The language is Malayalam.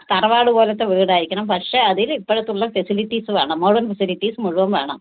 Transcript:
തറവാട് പോലത്തെ വീടായിരിക്കണം പക്ഷേ അതില് ഇപ്പോഴത്തുള്ള ഫെസിലിറ്റീസ് വേണം